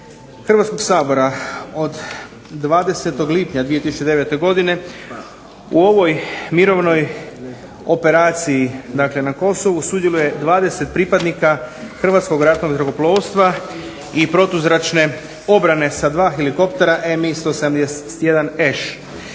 Hrvatskoga sabora od 20. lipnja 2009. godine u ovoj mirovnoj operaciji dakle na Kosovu sudjeluje 20 pripadnika Hrvatskog ratnog zrakoplovstva i protuzračne obrane sa dva helikopter MI171Š.